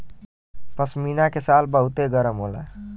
पश्मीना के शाल बहुते गरम होला